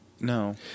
No